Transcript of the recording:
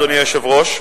אדוני היושב-ראש,